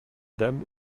dame